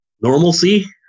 normalcy